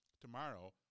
tomorrow